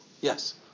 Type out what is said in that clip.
Yes